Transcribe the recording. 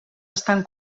estan